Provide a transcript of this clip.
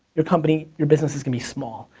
your company, your business is gonna be small.